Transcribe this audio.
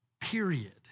period